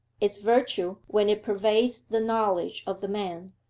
is virtue when it pervades the knowledge of the man.